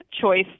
choice